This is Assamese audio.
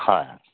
হয়